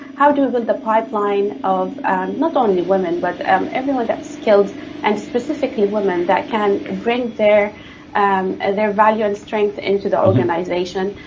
how do we build the pipeline of not only women but um everyone that skilled and specifically women that can bring their um and their value and strength into the organization?